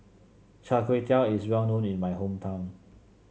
Char Kway Teow is well known in my hometown